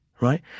right